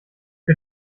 für